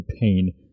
pain